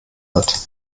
hat